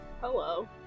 Hello